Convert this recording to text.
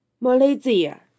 Malaysia